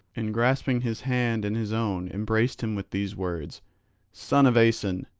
and grasping his hand in his own embraced him with these words son of aeson,